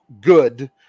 good